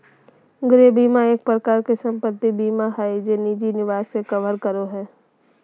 गृह बीमा एक प्रकार से सम्पत्ति बीमा हय जे निजी निवास के कवर करो हय